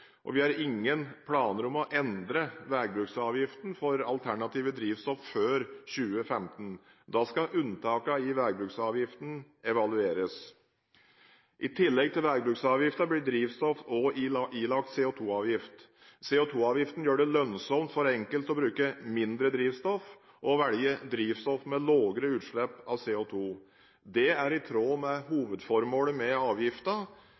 og vi har ingen planer om å endre veibruksavgiften for alternative drivstoff før 2015. Da skal unntakene i veibruksavgiften evalueres. I tillegg til veibruksavgiften blir drivstoff også ilagt CO2-avgift. CO2-avgiften gjør det lønnsomt for den enkelte å bruke mindre drivstoff og å velge drivstoff med lavere utslipp av CO2. Dette er i tråd med hovedformålet med